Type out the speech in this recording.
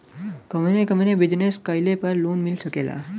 कवने कवने बिजनेस कइले पर लोन मिल सकेला?